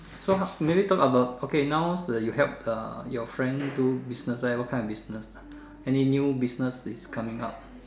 so how maybe talk about okay now you help uh your friend help do business what kind of business any new business is coming up